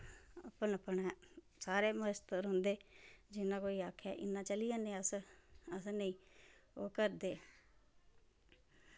अपनै अपनै सारे मस्त रौंह्दे जियां कोई आक्खै इयां चली जन्ने अस अस नेंई ओह् करदे